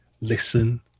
listen